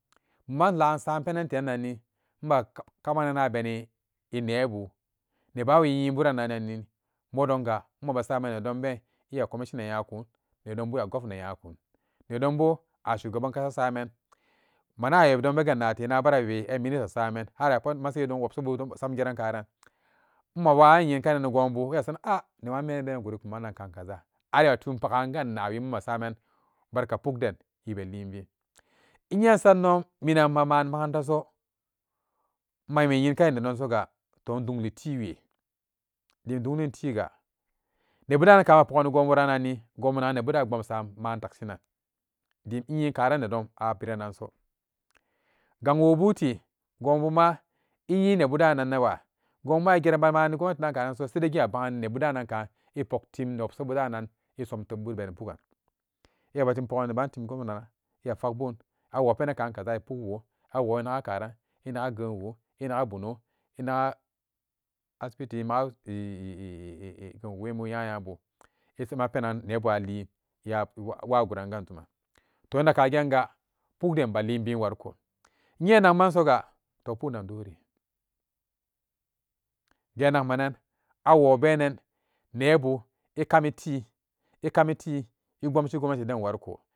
Puman inla insam ɛma kamana beni nebu, neban wi yeburanni modonga mabasaman nedonben ɛya commissioner yakun nedon ba a gomna yakun nedon bo a shugaban kasa saman manawe don be ganate na barabe a million saman har a masayi wobsabu samgeran karan ma wayin nyenkanan ɛ gonbu iya saranan ah neran a guri kaman kan kaza har iya tun pa'aganna wimasamen barka pukden wi be linbin inye insanno minan mamani makaranta so mawe yinkananin nedon sogu tu in dungli tiwe, dim dunglin tiga nebudan kan ma pogani gonburannánni, gobu nagan nebuden ɛya bomsan man takshinan dim ɛyen kaden nedon. A biranso, gang woo bute gonbuma ɛya nubudannawa gonbu ɛ geran mani gomnati dan kananso saidai ɛ pagani nubedanankan ɛ poktim newobsabudanan ɛ son teubbu beni pugan, ɛyabajim pogan ni neban tim gomna ɛya fakbun awo pena kan kaza ɛ pukwo, awo ɛnaga karan, ɛ ɛ ɛ naga genwu ɛnaga bono ɛnaga asibiti enaga genwu wemi bu ɛ nyanyaba ɛsama penan nubu alin iya waguran gantuman, toh inakkagenga pukden be linbin wariko inye nakmansoga toti pukden doori gennakmanan awo benan nebu ɛ kamiti, ɛ kamiti, ɛ bomshi gomnati den wariko.